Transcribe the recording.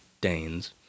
Danes